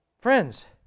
Friends